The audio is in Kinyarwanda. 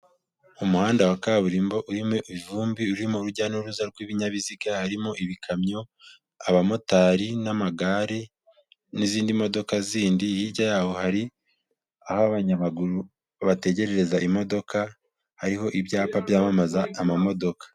Umuhanda wa kaburimbo urimo ivumbi, urimo urujya n'uruza rw'ibinyabiziga harimo ibikamyo, abamotari n'amagare n'izindi modoka zindi, hirya yaho hari aho abanyamaguru bategerereza imodoka, hariho ibyapa byamamaza amamodoka.